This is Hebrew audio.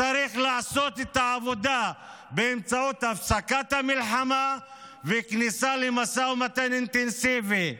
צריך לעשות את העבודה באמצעות הפסקת המלחמה וכניסה למשא ומתן אינטנסיבי,